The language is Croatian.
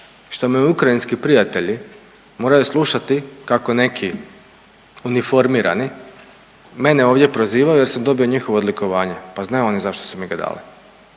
što moji ukrajinski prijatelji moraju slušati kako neki uniformirani mene ovdje prozivaju jer sam dobio njihovo odlikovanje, pa znaju oni zašto su mi ga dali